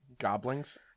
goblins